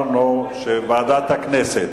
אז ועדת הכנסת,